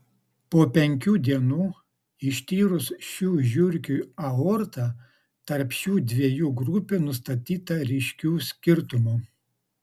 po penkių dienų ištyrus šių žiurkių aortą tarp šių dviejų grupių nustatyta ryškių skirtumų